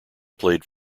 played